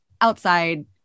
outside